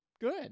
good